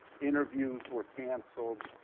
interviews were canceled.